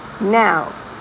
Now